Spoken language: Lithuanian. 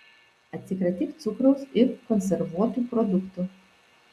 atsikratyk cukraus ir konservuotų produktų